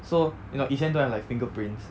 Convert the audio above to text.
so you know 以前 don't have like fingerprints